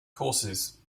courses